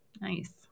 Nice